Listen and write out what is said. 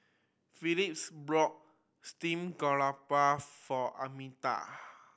Felix bought steamed garoupa for Arminta